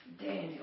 Daniel